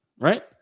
Right